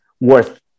worth